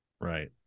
Right